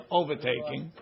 overtaking